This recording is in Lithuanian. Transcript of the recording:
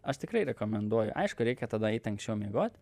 aš tikrai rekomenduoju aišku reikia tada eiti anksčiau miegot